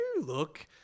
look